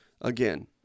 Again